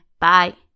Bye